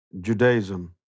Judaism